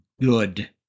good